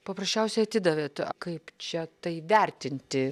paprasčiausiai atidavėt kaip čia tai vertinti